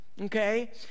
okay